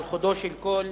על חודו של קול